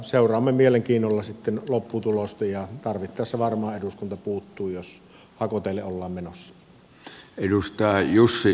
seuraamme mielenkiinnolla sitten lopputulosta ja tarvittaessa varmaan eduskunta puuttuu jos hakoteille ollaan menossa